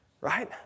Right